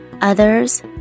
others